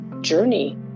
journey